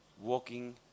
walking